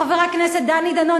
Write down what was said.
חבר הכנסת דני דנון,